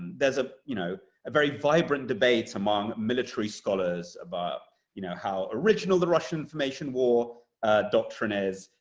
there's a you know very vibrant debate among military scholars about you know how original the russian information war doctrine is,